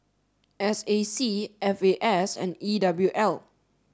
S A C F A S and E W L